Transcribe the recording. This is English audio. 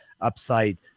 upside